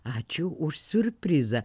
ačiū už siurprizą